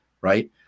right